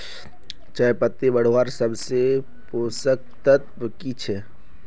चयपत्ति बढ़वार सबसे पोषक तत्व की छे?